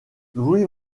louis